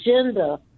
agenda